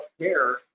care